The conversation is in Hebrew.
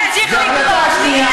סגנית השר,